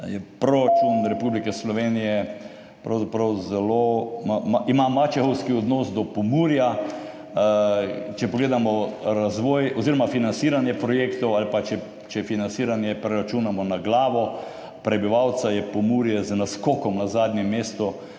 proračun Republike Slovenije pravzaprav mačehovski odnos do Pomurja. Če pogledamo financiranje projektov ali če financiranje preračunamo na glavo prebivalca, je Pomurje z naskokom na zadnjem mestu